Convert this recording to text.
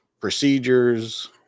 procedures